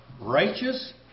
righteous